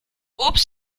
obst